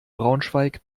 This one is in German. braunschweig